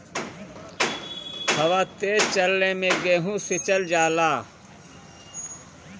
हवा तेज चलले मै गेहू सिचल जाला?